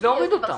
להוריד אותה.